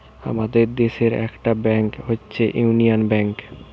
আমাদের দেশের একটা ব্যাংক হচ্ছে ইউনিয়ান ব্যাঙ্ক